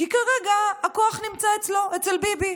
כי כרגע הכוח נמצא אצלו, אצל ביבי.